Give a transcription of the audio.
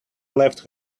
left